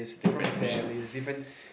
different needs